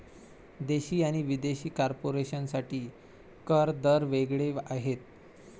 देशी आणि विदेशी कॉर्पोरेशन साठी कर दर वेग वेगळे आहेत